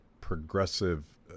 progressive